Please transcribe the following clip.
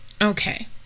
Okay